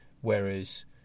Whereas